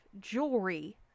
jewelry